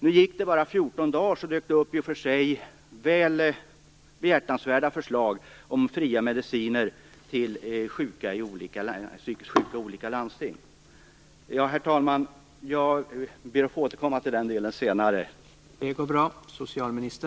Nu gick det bara 14 dagar så dök det upp i och för sig väl behjärtansvärda förslag om fria mediciner till psykiskt sjuka i olika landsting. Herr talman! Jag ber att få återkomma till den delen senare.